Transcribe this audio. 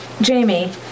Jamie